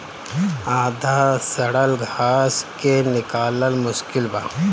आधा सड़ल घास के निकालल मुश्किल बा